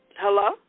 Hello